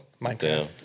Minecraft